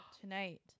tonight